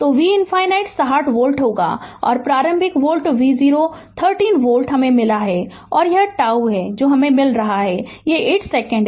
तो V ∞ 60 volt होगा और प्रारंभिक वोल्टेज v0 30 वोल्ट हमें मिला और τ हमें मिल रहा है यह 8 सेकंड